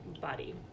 body